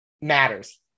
matters